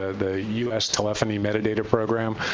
ah the u s. telephony metadata program,